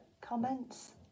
comments